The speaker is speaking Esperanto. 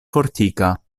fortika